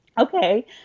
okay